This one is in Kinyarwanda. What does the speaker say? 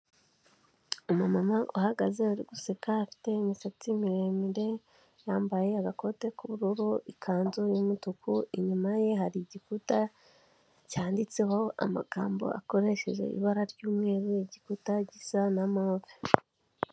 Umumama uhagaze uri guseka, afite imisatsi miremire, yambaye agakote k'ubururu, ikanzu y'umutuku, inyuma ye hari igikuta cyanditseho amagambo akoresheje ibara ry'umweru, igikuta gisa na move.